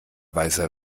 weißer